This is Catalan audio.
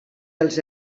els